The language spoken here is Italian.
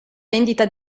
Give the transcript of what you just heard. vendita